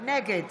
נגד